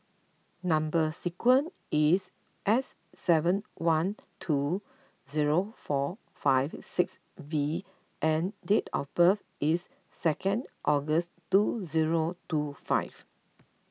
Number Sequence is S seven one two zero four five six V and date of birth is second August two zero two five